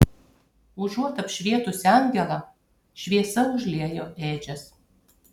užuot apšvietusi angelą šviesa užliejo ėdžias